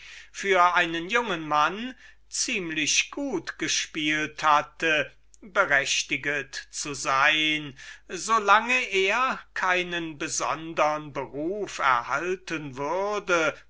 für einen jungen mann gut genug gespielt hatte berechtiget so lange er keinen besondern beruf erhalten würde